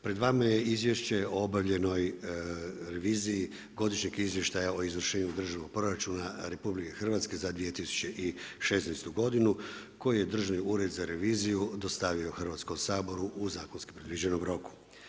Pred vama je Izvješće o obavljenoj reviziji godišnjeg izvještaja o izvršenju državnog proračuna RH za 2016. godinu, koji je Državni ured za reviziju dostavio Hrvatskom saboru u zakonski predviđenom roku.